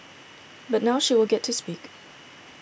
but now she will get to speak